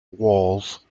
walls